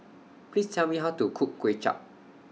Please Tell Me How to Cook Kway Chap